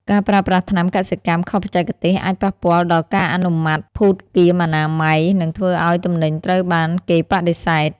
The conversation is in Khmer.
ការប្រើប្រាស់ថ្នាំកសិកម្មខុសបច្ចេកទេស អាចប៉ះពាល់ដល់ការអនុម័តភូតគាមអនាម័យ និងធ្វើឱ្យទំនិញត្រូវបានគេបដិសេធ។